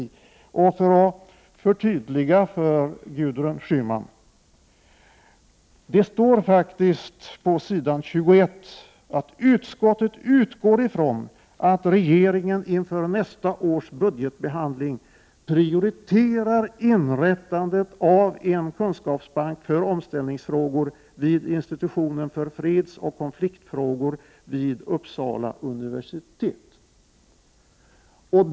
För Gudrun Schyman vill jag förtydliga utskottsmajoritetens inställning genom att nämna att det på s. 21 i betänkandet står att utskottet utgår från att ”regeringen inför nästa års budgetbehandling prioriterar inrättandet av en kunskapsbank för omställningsfrågor vid institutionen för fredsoch konfliktfrågor vid Uppsala universitet”.